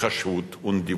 התחשבות ונדיבות.